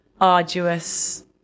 arduous